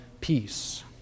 peace